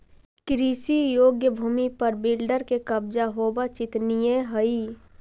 कृषियोग्य भूमि पर बिल्डर के कब्जा होवऽ चिंतनीय हई